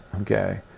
okay